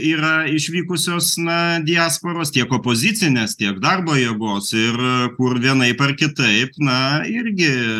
yra išvykusios na diasporos tiek opozicinės tiek darbo jėgos ir kur vienaip ar kitaip na irgi